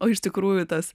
o iš tikrųjų tas